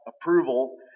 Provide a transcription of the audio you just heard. approval